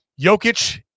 Jokic